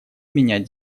менять